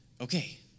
okay